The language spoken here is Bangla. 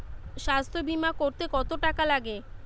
স্বাস্থ্যবীমা করতে কত টাকা লাগে?